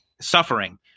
suffering